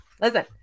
Listen